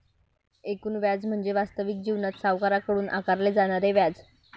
एकूण व्याज म्हणजे वास्तविक जीवनात सावकाराकडून आकारले जाणारे व्याज